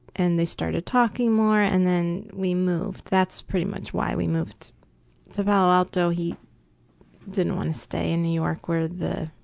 and they started talking more and then we moved, that's pretty much why we moved ah although he didn't want to stay in new york where the,